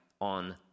on